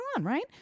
right